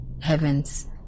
heavens